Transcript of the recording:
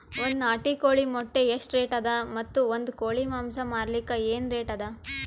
ಒಂದ್ ನಾಟಿ ಕೋಳಿ ಮೊಟ್ಟೆ ಎಷ್ಟ ರೇಟ್ ಅದ ಮತ್ತು ಒಂದ್ ಕೋಳಿ ಮಾಂಸ ಮಾರಲಿಕ ಏನ ರೇಟ್ ಅದ?